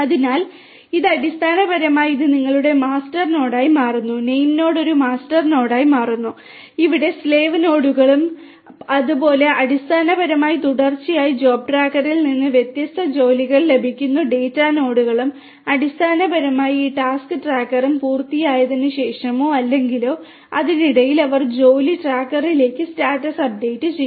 അതിനാൽ ഇത് അടിസ്ഥാനപരമായി ഇത് നിങ്ങളുടെ മാസ്റ്റർ നോഡായി മാറുന്നു നെയിം നോഡ് ഒരു മാസ്റ്റർ നോഡായി മാറുന്നു ഇവ അടിമ നോഡുകളും സ്ലേവ് നോഡുകളും പോലെ അടിസ്ഥാനപരമായി തുടർച്ചയായി ജോബ് ട്രാക്കറിൽ നിന്ന് വ്യത്യസ്ത ജോലികൾ ലഭിക്കുന്നു ഡാറ്റാ നോഡുകളും അടിസ്ഥാനപരമായി ഈ ടാസ്ക് ട്രാക്കറും ടാസ്ക് പൂർത്തിയാക്കിയതിന് ശേഷമോ അല്ലെങ്കിൽ അതിനിടയിലോ അവർ ജോലി ട്രാക്കറിലേക്ക് സ്റ്റാറ്റസ് അപ്ഡേറ്റ് ചെയ്യും